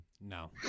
No